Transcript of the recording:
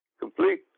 complete